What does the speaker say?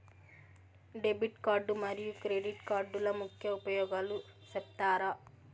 Debit card మరియు credit కార్డుల ముఖ్య ఉపయోగాలు సెప్తారా?